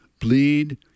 bleed